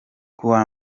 kuwa